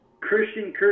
Christian